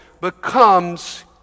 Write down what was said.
becomes